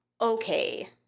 okay